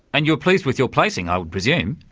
and you're pleased with your placing, i would presume.